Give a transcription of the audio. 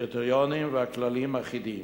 הקריטריונים והכללים אחידים.